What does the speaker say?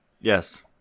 yes